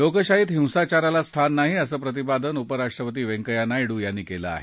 लोकशाहीत हिंसाचाराला स्थान नाही असं प्रतिपादन उपराष्ट्रपती व्यंकय्या नायडू यांनी केलं आहे